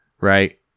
right